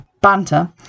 banter